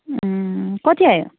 कति आयो